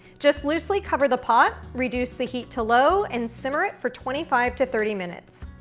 just loosely cover the pot, reduce the heat to low, and simmer it for twenty five to thirty minutes.